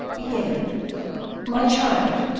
began my child,